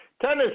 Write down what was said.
Tennis